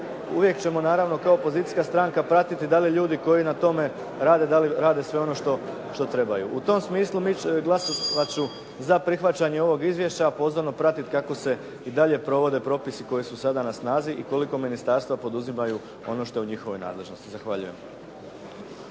uvijek ćemo naravno kao pozicijska stranka pratiti da li ljudi koji na tome rade da li rade sve ono što trebaju. U tom smislu glasovat ću za prihvaćanje ovog izvješća a pozorno pratiti kako se i dalje provode propisi koji su sada na snazi i koliko ministarstva poduzimaju ono što je u njihovoj nadležnosti. Zahvaljujem.